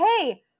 hey